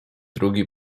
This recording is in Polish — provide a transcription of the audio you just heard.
drugi